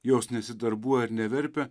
jos nesidarbuoja ir neverpia